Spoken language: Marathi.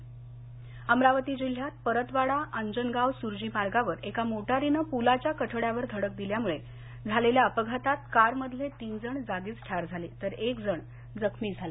अपघात अमरावती अमरावती जिल्ह्यात परतवाडा अंजनगाव सुर्जी मार्गावर एका मोटारीनं पुलाच्या कठड्यावर धडक दिल्यामुळे झालेल्या अपघातात कारमधले तीन जण जागीच ठार झाले तर एक जण जखमी झाला